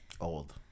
old